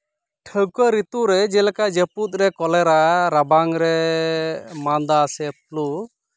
ᱴᱷᱟᱹᱣᱠᱟᱹ ᱨᱤᱛᱩ ᱨᱮ ᱡᱮᱞᱮᱠᱟ ᱡᱟᱹᱯᱩᱫ ᱨᱮ ᱠᱚᱞᱮᱨᱟ ᱨᱟᱵᱟᱝ ᱨᱮ ᱢᱟᱸᱫᱟ ᱥᱮ ᱯᱷᱞᱩ